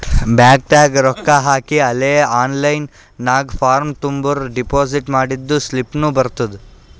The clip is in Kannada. ಬ್ಯಾಂಕ್ ನಾಗ್ ರೊಕ್ಕಾ ಹಾಕಿ ಅಲೇ ಆನ್ಲೈನ್ ನಾಗ್ ಫಾರ್ಮ್ ತುಂಬುರ್ ಡೆಪೋಸಿಟ್ ಮಾಡಿದ್ದು ಸ್ಲಿಪ್ನೂ ಬರ್ತುದ್